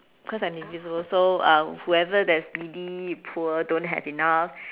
cause I'm invisible also um whoever that's needy poor don't have enough